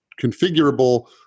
configurable